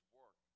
work